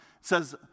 says